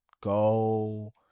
go